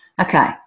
Okay